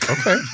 Okay